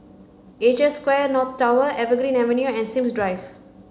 Asia Square North Tower Evergreen Avenue and Sims Drive